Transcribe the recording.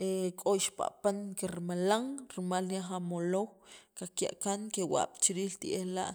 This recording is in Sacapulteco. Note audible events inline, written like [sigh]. [hesitation] k'o ixpaq'pan kirmalan rimal nik'yaj amoloow kikya' kaan kewab' chi riij li it'ej la'.